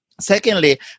Secondly